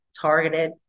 targeted